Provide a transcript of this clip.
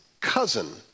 cousin